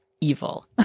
evil